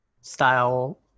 style